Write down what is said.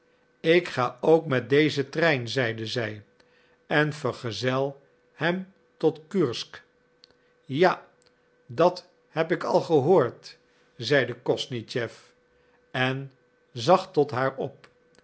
ik ga ook met dezen trein zeide zij en vergezel hem tot kursk ja dat heb ik al gehoord zeide kosnischew en zag tot haar op